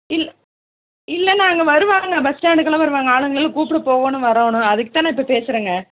இல்லை இல்லைண்ணா அங்கே வருவாங்க பஸ் ஸ்டாண்டுக்கெலாம் வருவாங்க ஆளுங்களெல்லாம் கூப்பிட போகோணும் வரணும் அதுக்குதான் நான் இப்போ பேசுகிறேங்க